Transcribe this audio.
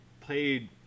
played